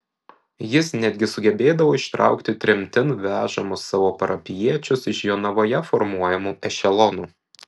jis netgi sugebėdavo ištraukti tremtin vežamus savo parapijiečius iš jonavoje formuojamų ešelonų